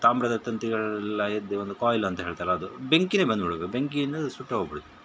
ತಾಮ್ರದ ತಂತಿಗಳೆಲ್ಲ ಎದ್ದು ಒಂದು ಕಾಯ್ಲ್ ಅಂತ ಹೇಳ್ತಾರೆ ಅದು ಬೆಂಕೀನೆ ಬಂದು ಬಿಟ್ತು ಬೆಂಕಿ ಇಂದ ಸುಟ್ಟೋಗ್ಬಿಡ್ತು